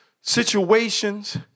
situations